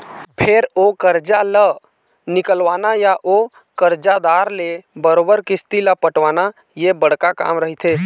फेर ओ करजा ल निकलवाना या ओ करजादार ले बरोबर किस्ती ल पटवाना ये बड़का काम रहिथे